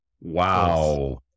Wow